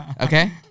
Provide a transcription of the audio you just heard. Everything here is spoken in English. Okay